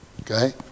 Okay